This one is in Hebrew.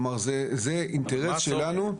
כלומר, זה אינטרס שלנו.